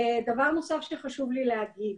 דבר נוסף שחשוב לי להגיד.